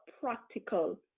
practical